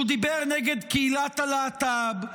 שהוא דיבר נגד קהילת הלהט"ב,